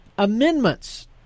amendments